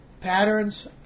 patterns